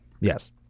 Yes